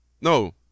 no